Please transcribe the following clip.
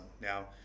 now